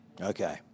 Okay